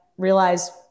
realize